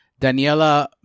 Daniela